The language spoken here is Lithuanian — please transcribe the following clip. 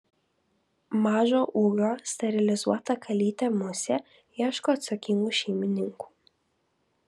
mažo ūgio sterilizuota kalytė musė ieško atsakingų šeimininkų